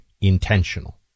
intentional